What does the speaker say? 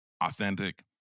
authentic